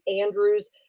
Andrews